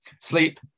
sleep